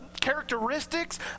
characteristics